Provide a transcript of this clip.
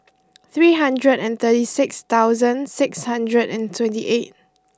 three hundred and thirty six thousand six hundred and twenty eight